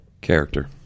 Character